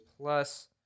plus